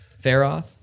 Faroth